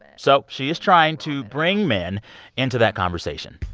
so she is trying to bring men into that conversation.